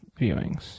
viewings